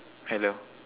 hello